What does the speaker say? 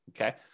Okay